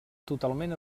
totalment